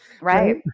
right